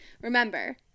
Remember